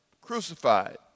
crucified